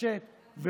תתעשת עכשיו,